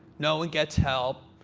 no one gets help.